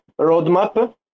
roadmap